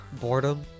boredom